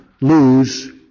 lose